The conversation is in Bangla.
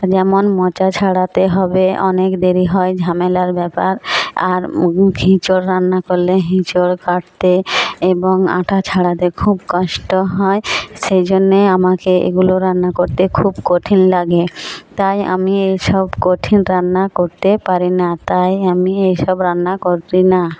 যেমন মোচা ছাড়াতে হবে অনেক দেরি হয় ঝামেলার ব্যাপার আর এঁচোড় রান্না করলে এঁচোড় কাটতে এবং আঠা ছাড়াতে খুব কষ্ট হয় সেই জন্যে আমাকে এগুলো রান্না করতে খুব কঠিন লাগে তাই আমি এসব কঠিন রান্না করতে পারি না তাই আমি এসব রান্না করি না